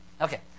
Okay